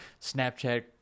Snapchat